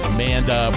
Amanda